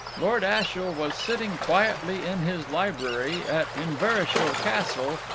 lord ashiel was sitting quietly in his library at inverashiel castle,